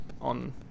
on